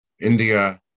India